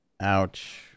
Ouch